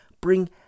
bring